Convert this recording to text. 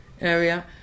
area